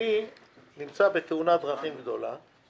אני נמצא בתאונת דרכים גדולה,